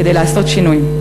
כדי לעשות שינוי.